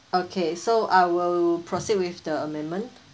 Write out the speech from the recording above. okay so I will proceed with the amendment